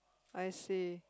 I see